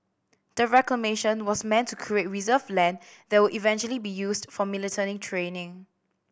the reclamation was meant to create reserve land that would eventually be used for military training